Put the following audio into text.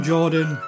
Jordan